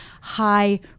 high